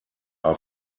are